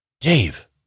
Dave